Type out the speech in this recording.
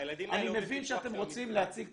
אני אומר לך באמת,